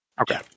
Okay